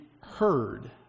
heard